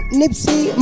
nipsey